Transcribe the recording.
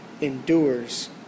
endures